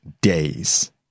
days